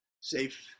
safe